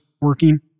working